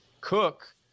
cook